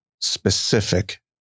specific